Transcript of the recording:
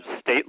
state